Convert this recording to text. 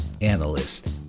analyst